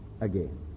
again